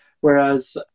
whereas